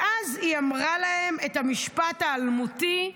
ואז היא אמרה להם את המשפט האלמותי,